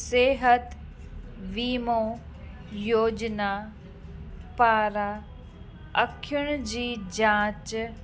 सिहत वीमो योजना पारां अखियुनि जी जांच